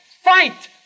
fight